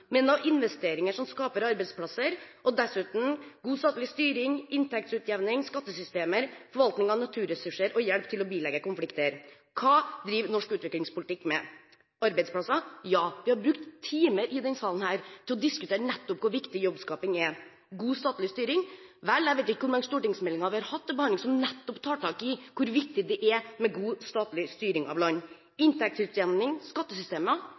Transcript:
styring, inntektsutjevning, skattesystemer, forvaltning av naturressurser og hjelp til å bilegge konflikter.» Hva driver norsk utviklingspolitikk med? Arbeidsplasser – vi har brukt timer i denne salen til å diskutere nettopp hvor viktig jobbskaping er. God statlig styring – jeg vet ikke hvor mange stortingsmeldinger vi har hatt til behandling som nettopp tar tak i hvor viktig det er med god statlig styring av land. Inntektsutjevning, skattesystemer